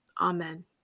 Amen